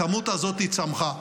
הכמות הזאת צמחה.